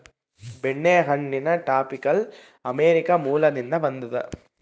ಬೆಣ್ಣೆಹಣ್ಣಿನ tropical America ಮೂಲದಿಂದ ಬಂದದ